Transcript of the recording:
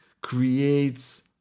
creates